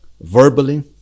verbally